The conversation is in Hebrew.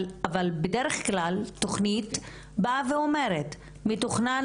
אבל בדרך כלל תוכנית באה ואומרת שמתוכנן